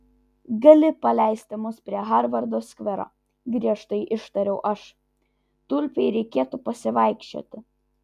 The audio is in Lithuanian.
gali paleisti mus prie harvardo skvero griežtai ištariau aš tulpei reikėtų pasivaikščioti